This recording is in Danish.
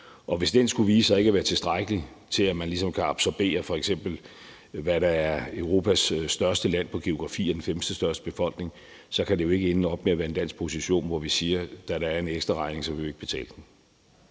Hvis den skulle vise sig ikke at være tilstrækkelig til, at man ligesom f.eks. kan absorbere, hvad der er Europas største land målt geografisk og med Europas femtestørste befolkning, kan det jo ikke ende op med at være en dansk position, hvor vi siger: Da der er en ekstraregning, vil vi ikke betale den.